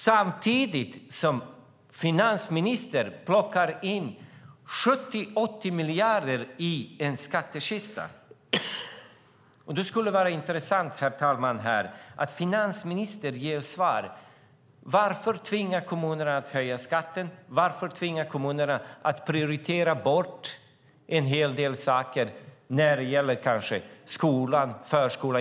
Samtidigt plockar finansministern in 70-80 miljarder i en skattekista. Det skulle vara intressant, herr talman, om finansministern kunde ge svar. Varför tvinga kommunerna att höja skatten? Varför tvinga kommunerna att prioritera bort en hel del saker när det gäller skolan och förskolan?